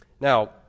Now